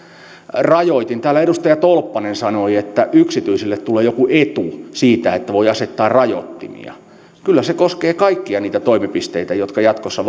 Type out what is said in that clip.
rajoitin täällä edustaja tolppanen sanoi että yksityiselle tulee joku etu siitä että voi asettaa rajoittimia kyllä se koskee kaikkia niitä toimipisteitä jotka jatkossa